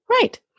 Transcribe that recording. Right